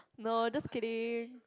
no just kidding